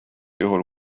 juhul